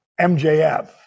mjf